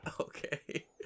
Okay